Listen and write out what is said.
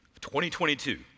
2022